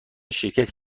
شرکتی